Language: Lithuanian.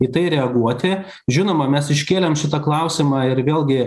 į tai reaguoti žinoma mes iškėlėm šitą klausimą ir vėlgi